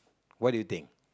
what do you think